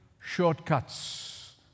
shortcuts